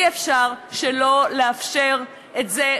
אי-אפשר שלא לאפשר את זה,